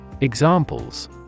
Examples